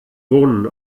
wohnen